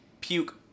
puke